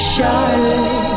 Charlotte